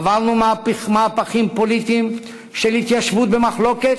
עברנו מהפכים פוליטיים של התיישבות במחלוקת,